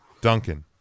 Duncan